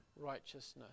righteousness